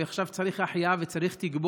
ועכשיו צריך החייאה ותגבורת,